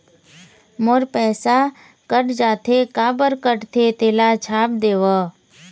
मोर पैसा कट जाथे काबर कटथे तेला छाप देव?